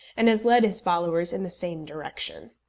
and has led his followers in the same direction.